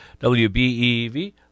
WBEV